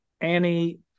Annie